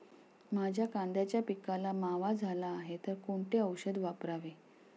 माझ्या कांद्याच्या पिकाला मावा झाला आहे तर कोणते औषध वापरावे?